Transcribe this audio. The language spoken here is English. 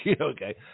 Okay